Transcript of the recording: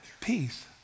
peace